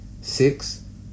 Six